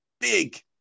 Big